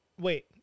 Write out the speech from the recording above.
Wait